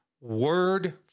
word